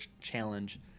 challenge